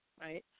right